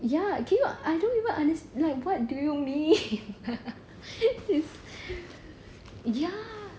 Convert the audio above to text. ya can you I don't even unders~ like what do you mean ya